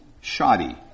shoddy